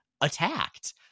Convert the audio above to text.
attacked